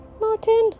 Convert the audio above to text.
Martin